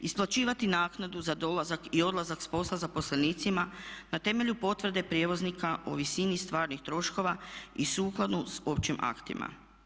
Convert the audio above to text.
Isplaćivati naknadu za dolazak i odlazak s posla zaposlenicima na temelju potvrde prijevoznika o visini stvarnih troškova i sukladnu općim aktima.